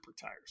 Tires